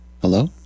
Hello